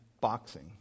boxing